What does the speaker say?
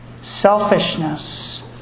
Selfishness